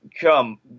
come